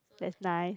that's nice